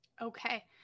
Okay